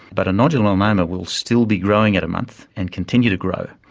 but a nodular melanoma will still be growing at a month and continue to grow,